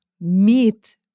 meet